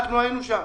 אנחנו היינו שם.